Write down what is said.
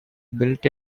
built